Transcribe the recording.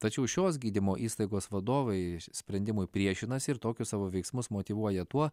tačiau šios gydymo įstaigos vadovai sprendimui priešinasi ir tokius savo veiksmus motyvuoja tuo